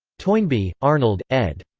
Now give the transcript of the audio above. toynbee, arnold, ed.